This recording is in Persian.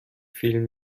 فیلم